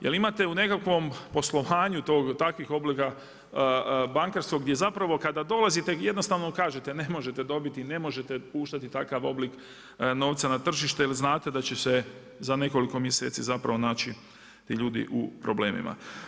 Jer imate u nekakvom poslovanju takvih obila bankarskog, gdje zapravo kada dolazite jednostavno kažete ne može dobiti, ne možete puštati takav oblik novca na tržište jer znate da će se za nekoliko mjeseci zapravo naći tu ljudi u problemima.